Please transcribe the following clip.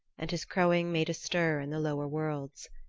and his crowing made a stir in the lower worlds.